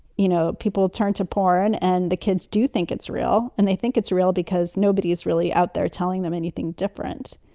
you know, people turn to porn and the kids do think it's real and they think it's real because nobody is really out there telling them anything different.